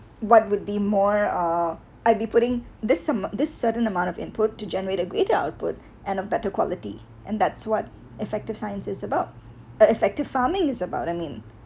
what would be more um I'd be putting this sum~ this certain amount of input to generate a greater output and a better quality and that's what effective science is about ef~ effective farming is about I mean